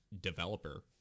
developer